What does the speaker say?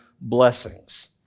blessings